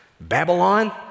Babylon